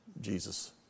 Jesus